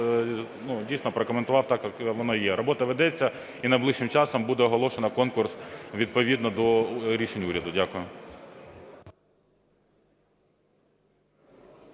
дійсно, прокоментував так, як воно є. Робота ведеться і найближчим часом буде оголошено конкурс відповідно до рішень уряду. Дякую.